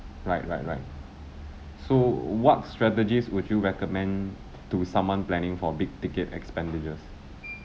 right right right so what strategies would you recommend to someone planning for big-ticket expenditures